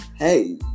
hey